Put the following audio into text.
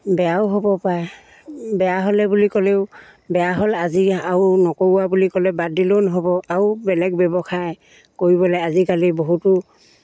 বেয়াও হ'ব পাৰে বেয়া হ'লে বুলি ক'লেও বেয়া হ'ল আজি আৰু নকৰো আৰু বুলি ক'লে বাদ দিলেও নহ'ব আৰু বেলেগ ব্যৱসায় কৰিবলৈ আজিকালি বহুতো